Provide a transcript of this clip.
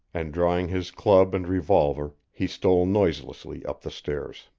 and drawing his club and revolver he stole noiselessly up the stairs.